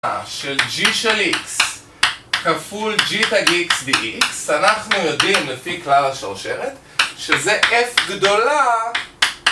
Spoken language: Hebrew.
של g של x כפול g'xdx, אנחנו יודעים לפי כלל השרשרת שזה f גדולה.